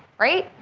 right?